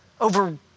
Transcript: Over